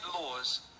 laws